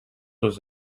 was